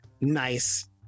nice